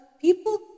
people